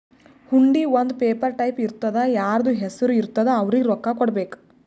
ಹುಂಡಿ ಒಂದ್ paper type ಇರ್ತುದಾ ಯಾರ್ದು ಹೆಸರು ಇರ್ತುದ್ ಅವ್ರಿಗ ರೊಕ್ಕಾ ಕೊಡ್ಬೇಕ್